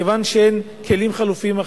מכיוון שאין כלים חלופיים,